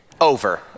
over